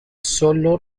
sólo